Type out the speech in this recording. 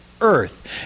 earth